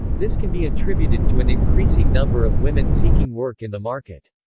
this can be attributed to an increasing number of women seeking work in the market.